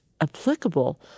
applicable